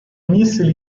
missili